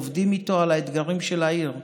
עובדים איתו על אתגרי העיר במזון,